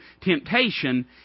Temptation